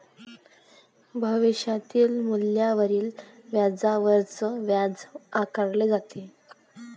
भविष्यातील मूल्यावरील व्याजावरच व्याज आकारले जाते